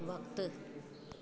वक़्तु